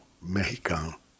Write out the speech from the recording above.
mexicano